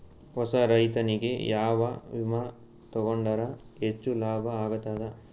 ಹೊಸಾ ರೈತನಿಗೆ ಯಾವ ವಿಮಾ ತೊಗೊಂಡರ ಹೆಚ್ಚು ಲಾಭ ಆಗತದ?